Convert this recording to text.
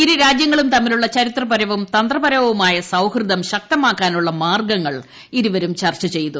ഇരു രാജ്യങ്ങളും തമ്മിലുള്ള ചരിത്രപരവും തന്ത്രപരവുമായ സൌഹൃദം ശക്തമാക്കാനുള്ള മാർഗങ്ങൾ ഇരുവരും ചർച്ച ചെയ്തു